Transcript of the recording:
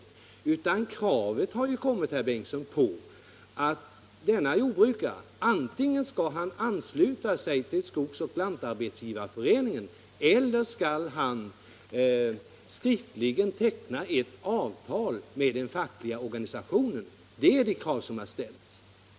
Men det kravet har ju ställts, herr Bengtsson, att jordbrukarna antingen skall ansluta sig till Skogsoch lantarbetsgivareföreningen eller också skriftligen teckna ett avtal med den fackliga organisationen. Det är de krav som har ställts.